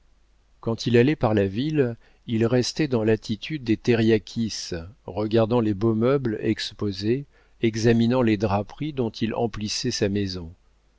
quand il allait par la ville il restait dans l'attitude des teriakis regardant les beaux meubles exposés examinant les draperies dont il emplissait sa maison